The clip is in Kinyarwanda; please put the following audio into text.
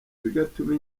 bigatuma